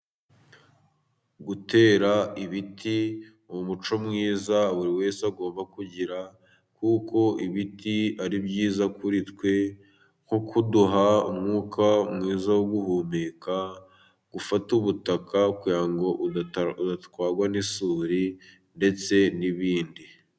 Gutera ibiti ni umuco mwiza buri wese agomba kugira, kuko ibiti ari byiza kuri twe, nko kuduha umwuka mwiza wo guhumeka, gufata ubutaka kugirango budatwarwa n'isuri ndetse n'ibindi.